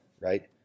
right